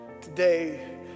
today